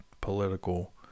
political